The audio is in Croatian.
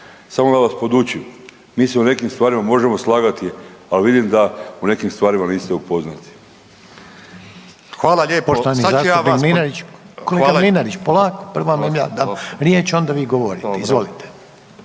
Samo da vas podučim. Mi se u nekim stvarima možemo slagati, ali vidim da u nekim stvarima niste upoznati.